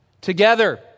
together